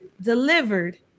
delivered